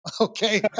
Okay